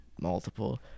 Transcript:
Multiple